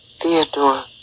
Theodore